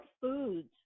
foods